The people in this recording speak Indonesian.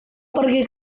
pergi